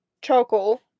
charcoal